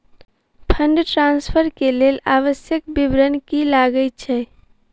Fund transfer केँ लेल आवश्यक विवरण की की लागै छै?